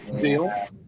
deal